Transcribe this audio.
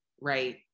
right